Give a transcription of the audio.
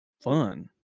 fun